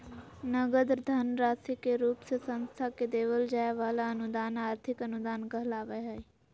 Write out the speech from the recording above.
नगद धन राशि के रूप मे संस्था के देवल जाय वला अनुदान आर्थिक अनुदान कहलावय हय